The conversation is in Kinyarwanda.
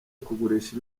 kugurisha